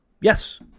Yes